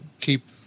keep